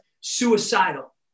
suicidal